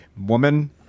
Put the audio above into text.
woman